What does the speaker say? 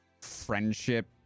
friendship